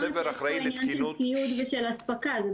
היא